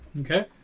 Okay